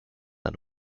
and